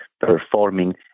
performing